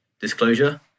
disclosure